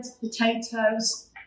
potatoes